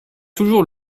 toujours